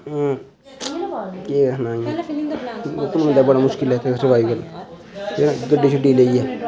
केह् आखना इ'यां ते बड़ा मुश्किल ऐ इ'त्थें सर्वाइव करना इ'त्थें गड्डी शड्डी लेइयै